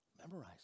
Memorize